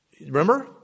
Remember